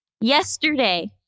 yesterday